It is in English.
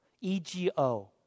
E-G-O